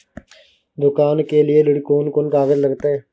दुकान के लेल ऋण कोन कौन कागज लगतै?